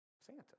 Santa